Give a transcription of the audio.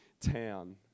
town